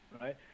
Right